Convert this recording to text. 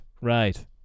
right